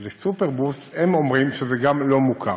סופרבוס, גם הם אומרים שזה לא מוכר.